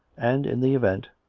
and, in the event,